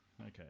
Okay